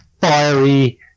fiery